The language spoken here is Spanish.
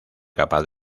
capaz